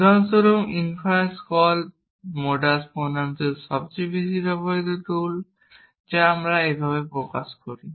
উদাহরণ স্বরূপ inference call modus পোনেন্সের সবচেয়ে বেশি ব্যবহৃত টুল যা আমরা এভাবে প্রকাশ করি